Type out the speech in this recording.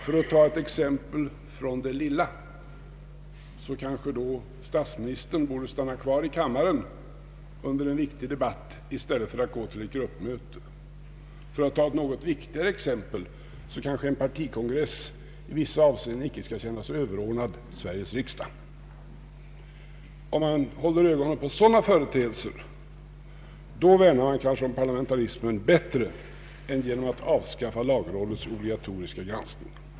För att ta ett exempel i smått, kanske då statsministern borde stanna kvar i kammaren under en viktig debatt i stället för att gå till ett gruppmöte. För att ta ett något viktigare exempel, kanske en partikongress i vissa avseenden icke skall känna sig överordnad Sveriges riksdag. Om man håller ögonen på sådana företeelser då värnar man kanske om parlamentarismen bättre än genom att avskaffa lagrådets obligatoriska granskning.